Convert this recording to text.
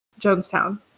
jonestown